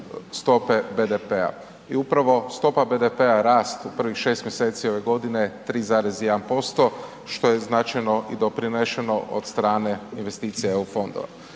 stope BDP-a i upravo stopa BDP-a rast u prvih 6. mjeseci ove godine 3,1%, što je značajno i doprinešeno od strane investicija EU fondova.